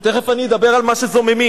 ותיכף אדבר על מה שזוממים.